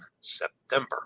September